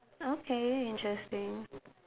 okay interesting